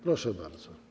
Proszę bardzo.